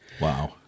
Wow